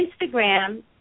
Instagram